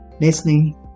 listening